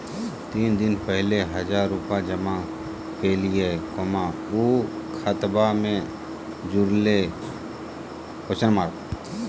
तीन दिन पहले हजार रूपा जमा कैलिये, ऊ खतबा में जुरले?